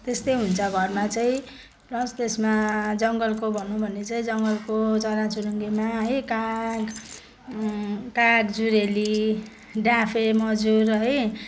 त्यस्तै हुन्छ घरमा चाहिँ प्लस त्यसमा जङ्गलको भनौँ भने चाहिँ जङ्गलको चरा चुरुङीमा है काग काग जुरेली डाफे मजुर है